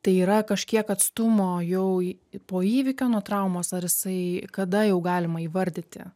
tai yra kažkiek atstumo jau po įvykio nuo traumos ar jisai kada jau galima įvardyti